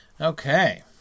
Okay